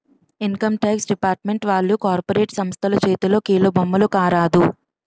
income tax department వాళ్లు corporate సంస్థల చేతిలో కీలుబొమ్మల కారాదు